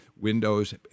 windows